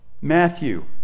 Matthew